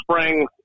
spring